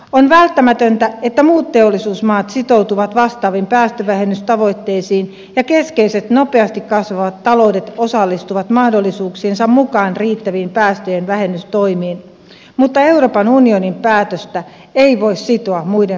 on välttämätöntä että muut teollisuusmaat sitoutuvat vastaaviin päästövähennystavoitteisiin ja keskeiset nopeasti kasvavat taloudet osallistuvat mahdollisuuksiensa mukaan riittäviin päästöjen vähennystoimiin mutta euroopan unionin päätöstä ei voi sitoa muiden maiden ratkaisuihin